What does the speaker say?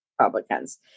Republicans